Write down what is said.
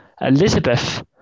Elizabeth